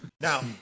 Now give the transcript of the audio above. Now